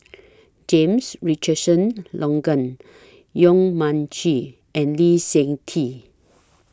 James Richardson Logan Yong Mun Chee and Lee Seng Tee